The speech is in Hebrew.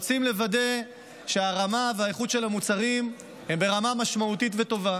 רוצים לוודא שהרמה והאיכות של המוצרים הם ברמה משמעותית וטובה.